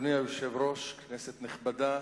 אדוני היושב-ראש, כנסת נכבדה,